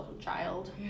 child